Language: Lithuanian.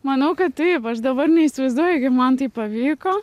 manau kad taip aš dabar neįsivaizduoju kaip man tai pavyko